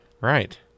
right